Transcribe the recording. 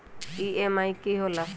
EMI की होला?